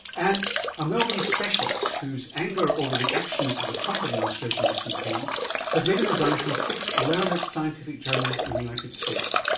and a melbourne specialist whose anger over the actions of the trump administration this weekend has made him resign from six learned scientific journals in the united states.